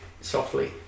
softly